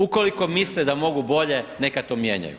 Ukoliko misle da mogu bolje, neka to mijenjaju.